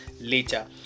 later